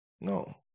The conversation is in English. no